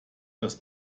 das